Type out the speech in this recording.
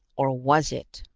or was it?